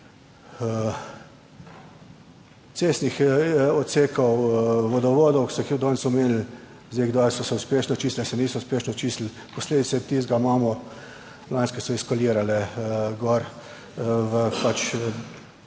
cestnih odsekov vodovodov, ki ste jih danes omenili. Zdaj, kdaj so se uspešno čistili, se niso uspešno čistili, posledice tistega imamo lanske, so ekshalirale gor v pač